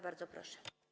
Bardzo proszę.